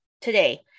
today